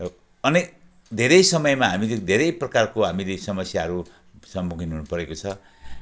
र अनि धेरै समयमा हामीले धेरै प्रकारको हामीले समस्याहरू सम्मुखिन हुनुपरेको छ